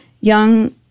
young